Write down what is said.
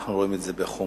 שאנחנו רואים את זה בחומרה.